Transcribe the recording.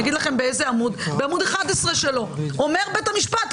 בעמוד 11 שלו אומר בית המשפט,